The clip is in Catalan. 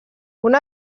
una